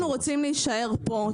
אנחנו רוצים להישאר כאן.